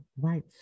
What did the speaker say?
right